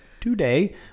today